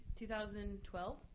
2012